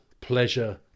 pleasure